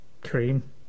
cream